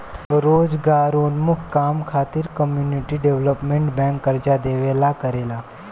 रोजगारोन्मुख काम खातिर कम्युनिटी डेवलपमेंट बैंक कर्जा देवेला करेला